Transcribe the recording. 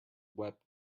web